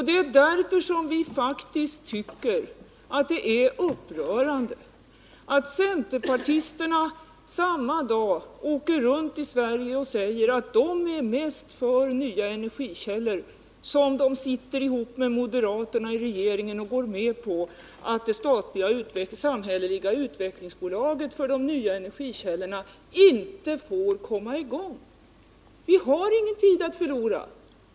Det är därför som vi faktiskt tycker att det är upprörande när centerpartisterna åker runt i Sverige och säger att de är mest för nya energikällor samma dag som de tillsammans med moderaterna i regeringen går med på att det samhälleliga utvecklingsbolaget för de nya energikällorna inte får komma i gång. Vi har ingen tid att förlora.